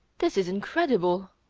this is incredible.